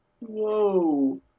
Whoa